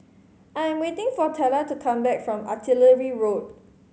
I am waiting for Tella to come back from Artillery Road